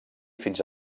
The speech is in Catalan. fins